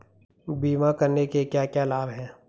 बीमा करने के क्या क्या लाभ हैं?